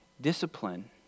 discipline